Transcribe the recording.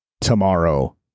tomorrow